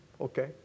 Okay